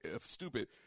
Stupid